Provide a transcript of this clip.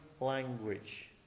language